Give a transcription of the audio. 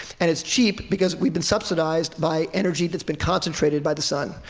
and it's cheap because we've been subsidized by energy that's been concentrated by the sun.